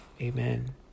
Amen